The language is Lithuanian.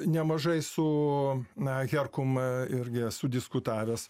nemažai su na herkum irgi esu diskutavęs